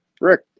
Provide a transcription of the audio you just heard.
Rick